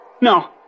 No